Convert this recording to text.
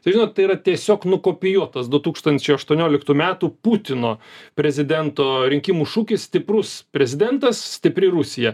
tai žinot tai yra tiesiog nukopijuotas du tūkstančiai aštuonioliktų metų putino prezidento rinkimų šūkis stiprus prezidentas stipri rusija